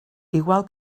igual